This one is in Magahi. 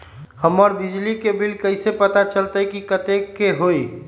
हमर बिजली के बिल कैसे पता चलतै की कतेइक के होई?